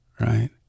right